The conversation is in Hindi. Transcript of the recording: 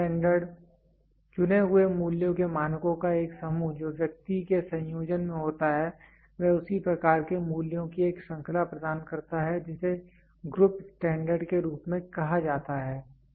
ग्रुप स्टैंडर्ड चुने हुए मूल्यों के मानकों का एक समूह जो व्यक्ति के संयोजन में होता है वह उसी प्रकार के मूल्यों की एक श्रृंखला प्रदान करता है जिसे ग्रुप स्टैंडर्ड के रूप में कहा जाता है